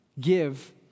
give